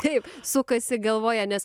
kaip sukasi galvoje nes